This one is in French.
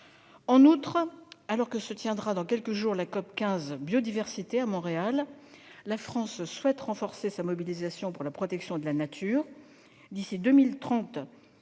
En outre, alors que se tiendra dans quelques jours la COP15 consacrée à la biodiversité à Montréal, la France souhaite renforcer sa mobilisation pour la protection de la nature. D'ici à 2030,